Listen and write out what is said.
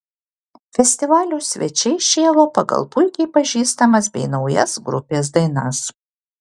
festivalio svečiai šėlo pagal puikiai pažįstamas bei naujas grupės dainas